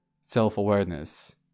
self-awareness